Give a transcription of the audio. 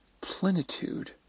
plenitude